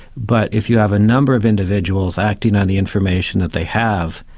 but if you have a number of individuals acting on the information that they have,